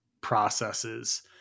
processes